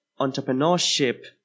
entrepreneurship